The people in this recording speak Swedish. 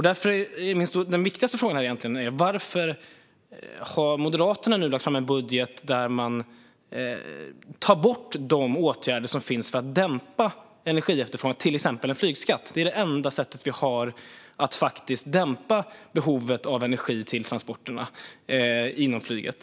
Därför är den viktigaste frågan här egentligen varför Moderaterna nu har lagt fram en budget där man tar bort de åtgärder som finns för att dämpa energiefterfrågan, till exempel en flygskatt. Det är det enda sättet vi har att faktiskt dämpa behovet av energi till transporterna inom flyget.